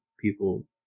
people